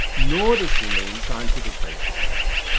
nor does he mean scientific basicness.